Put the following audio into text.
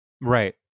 right